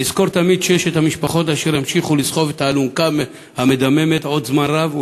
נזכור תמיד שיש משפחות אשר ימשיכו לסחוב את האלונקה המדממת עוד זמן רב,